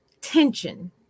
tension